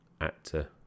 actor